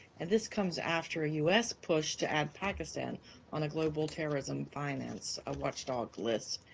and this comes after a u s. push to add pakistan on a global terrorism finance ah watchdog list.